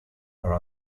are